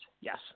yes